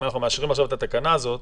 אם אנחנו מאשרים עכשיו את התקנה הזאת,